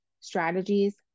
strategies